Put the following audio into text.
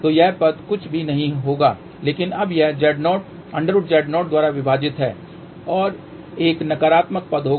तो यह पद कुछ भी नहीं होगा लेकिन अब यह √Z0 द्वारा विभाजित है और एक नकारात्मक पद होगा